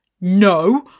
No